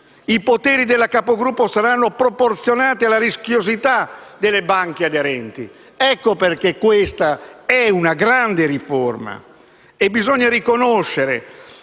I poteri della capogruppo saranno proporzionati alla rischiosità delle banche aderenti. Ecco perché questa è una grande riforma. Bisogna riconoscere